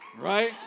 Right